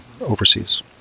overseas